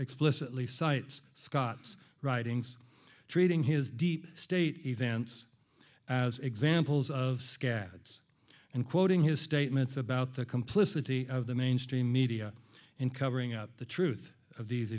explicitly cites scott's writings trading his deep state events as examples of scads and quoting his statements about the complicity of the mainstream media in covering up the truth of these